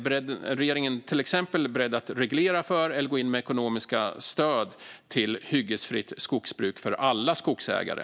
Är regeringen till exempel beredd att reglera för eller gå in med ekonomiska stöd till hyggesfritt skogsbruk för alla skogsägare?